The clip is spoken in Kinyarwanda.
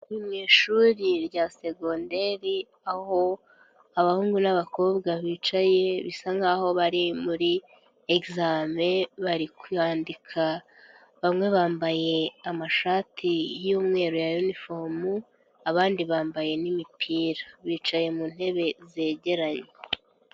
Mu ishuri rya segonderi, aho abahungu n'abakobwa bicaye, bisa nk'aho bari muri egizame, bari kwandika, bamwe bambaye amashati y'umweru ya yunifomu, abandi bambaye n'imipira, bicaye mu ntebe zegeranye.